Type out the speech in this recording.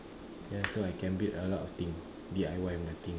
that's why I can build a lot thing D_I_Y my thing